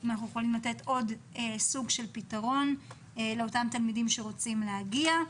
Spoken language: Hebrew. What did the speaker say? אם אנחנו יכולים לתת עוד סוג של פתרון לאותם תלמידים שרוצים להגיע.